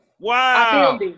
Wow